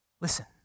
Listen